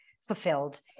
fulfilled